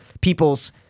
people's